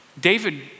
David